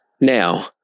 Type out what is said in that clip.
Now